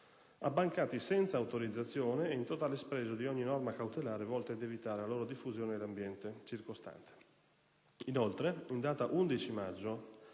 abbancati senza autorizzazione ed in totale spregio di ogni norma cautelare volta ad evitare la loro diffusione nell'ambiente circostante. Inoltre, in data 11 maggio